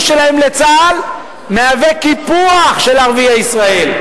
שאי-גיוס שלהם לצה"ל מהווה קיפוח של ערביי ישראל.